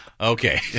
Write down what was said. okay